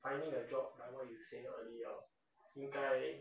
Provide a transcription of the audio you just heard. finding a job like what you said earlier 应该